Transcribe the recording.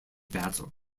battle